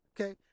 okay